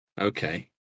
Okay